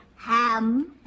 Ham